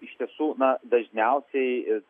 iš tiesų na dažniausiai